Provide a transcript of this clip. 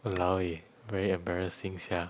!walao! eh very embarrassing sia